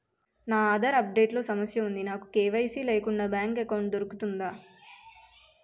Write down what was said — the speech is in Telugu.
నా ఆధార్ అప్ డేట్ లో సమస్య వుంది నాకు కే.వై.సీ లేకుండా బ్యాంక్ ఎకౌంట్దొ రుకుతుందా?